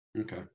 Okay